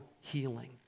healing